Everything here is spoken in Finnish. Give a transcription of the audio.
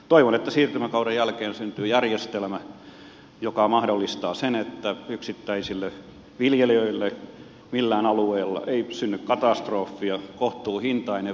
toivon että siirtymäkauden jälkeen syntyy järjestelmä joka mahdollistaa sen että millään alueella yksittäisille viljelijöille ei synny ka tastrofia vero on kohtuuhintainen